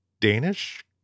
Danish